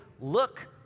look